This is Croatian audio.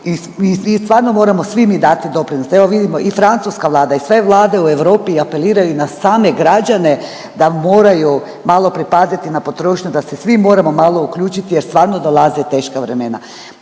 i stvarno moramo svi mi dati doprinos. Evo vidimo i francuska vlada i sve vlade u Europi apeliraju na same građane da moraju malo pripaziti na potrošnju da se svi moramo malo uključiti jer stvarno dolaze teška vremena.